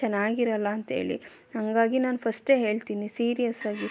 ಚೆನ್ನಾಗಿರಲ್ಲ ಅಂಥೇಳಿ ಹಾಗಾಗಿ ನಾನು ಫಸ್ಟೇ ಹೇಳ್ತೀನಿ ಸೀರಿಯಸ್ಸಾಗಿ